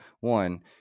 one